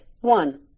One